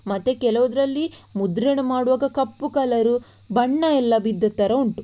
ಮತ್ತೆ ಕೆಲವದರಲ್ಲಿ ಮುದ್ರಣ ಮಾಡುವಾಗ ಕಪ್ಪು ಕಲರ್ ಬಣ್ಣ ಎಲ್ಲ ಬಿದ್ದ ಥರ ಉಂಟು